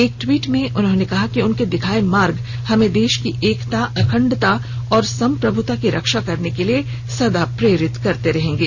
एक ट्वीट में उन्होंने कहा कि उनके दिखाए मार्ग हमें देश की एकता अखंडता और संप्रभुता की रक्षा करने के लिए सदा प्रेरित करते रहेंगे